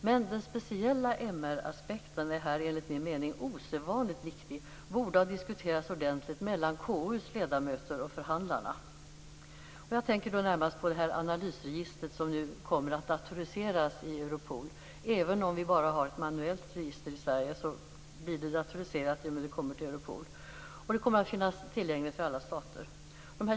Men den speciella mänskliga rättighetsaspekten är i detta sammanhang enligt min mening osedvanligt viktig och borde ha diskuterats ordentligt mellan konstitutionsutskottets ledamöter och förhandlarna. Jag tänker närmast på det analysregister som nu kommer att datoriseras i Europol. Även om vi bara har ett manuellt register i Sverige blir det datoriserat när det kommer till Europol. Det kommer att finnas tillgängligt för alla stater.